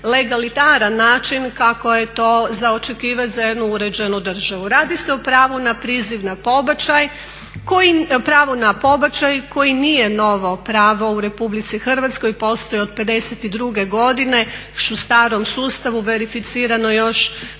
legalitaran način kako je to za očekivati za jednu uređenu državu. Radi se o pravu na priziv na pobačaj koji nije novo pravo u RH. Postoji od '52. godine, još u starom sustavu verificirano još